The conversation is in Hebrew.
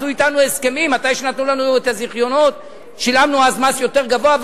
עשו אתנו הסכם כשנתנו לנו את הזיכיונות ושילמנו אז מס יותר גבוה,